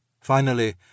Finally